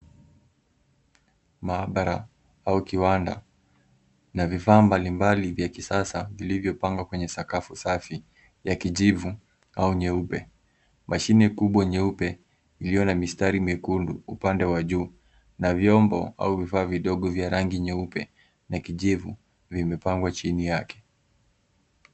Maabara au kiwanda na vifaa mbalimbali vya kisasa vilivyopangwa kwenye sakafu safi ya kijivu au nyeupe. Mashini kubwa nyeupe iliyo na mistari nyekundu upande wa juu na vyombo au vifaa vidogo vya rangi nyeupe na kijivu vimepangwa chini yake.